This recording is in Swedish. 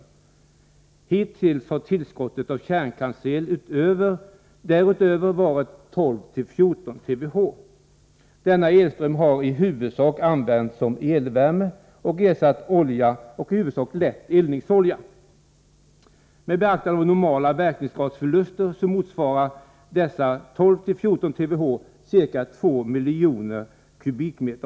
Hittills har tillskottet av kärnkraftsel därutöver varit 12-14 TWh. Denna elström har i huvudsak använts som elvärme och ersatt olja och i huvudsak lätt eldningsolja. Med beaktande av normala verkningsgradsförluster motsvarar dessa 12-14 TWh ca 2 miljoner m?